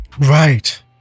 Right